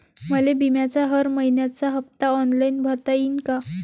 मले बिम्याचा हर मइन्याचा हप्ता ऑनलाईन भरता यीन का?